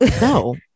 No